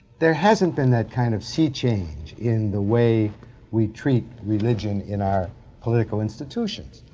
there hasn't been that kind of sea change in the way we treat religion in our political institutions.